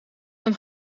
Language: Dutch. een